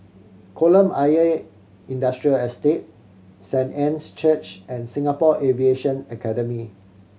Kolam Ayer Industrial Estate Saint Anne's Church and Singapore Aviation Academy